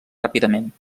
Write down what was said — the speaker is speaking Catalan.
ràpidament